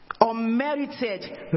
unmerited